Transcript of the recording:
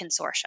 Consortium